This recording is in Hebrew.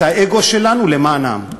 את האגו שלנו למען העם.